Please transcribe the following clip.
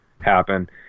happen